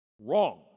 Wrong